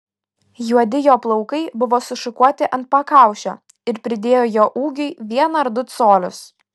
juodi jo plaukai buvo sušukuoti ant pakaušio ir pridėjo jo ūgiui vieną ar du colius